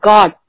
God